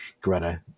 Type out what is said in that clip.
Greta